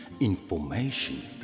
Information